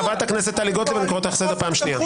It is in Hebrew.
אתם פועלים בחוסר סמכות מוחלט.